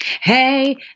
hey